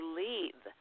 leave